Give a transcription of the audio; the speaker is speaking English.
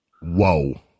Whoa